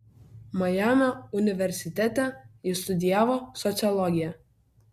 majamio universitete ji studijavo sociologiją